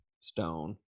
Stone